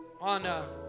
on